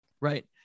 Right